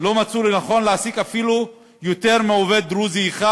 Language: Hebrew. לא מצאו לנכון להעסיק יותר מעובד דרוזי אחד,